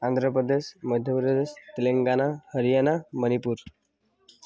Andhra Pradesh Madhya Pradesh Telangana Haryana Manipur